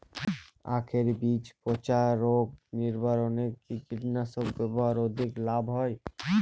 আঁখের বীজ পচা রোগ নিবারণে কি কীটনাশক ব্যবহারে অধিক লাভ হয়?